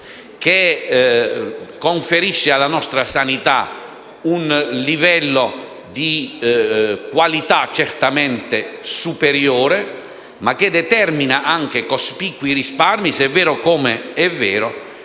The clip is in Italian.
che conferisce alla nostra sanità un livello di qualità certamente superiore, ma che determina anche cospicuo risparmio, se è vero (come è vero)